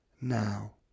now